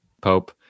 Pope